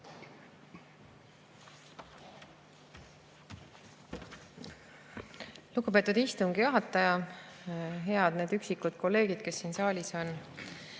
Lugupeetud istungi juhataja! Head üksikud kolleegid, kes siin saalis on!